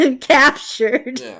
captured